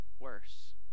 worse